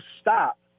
stop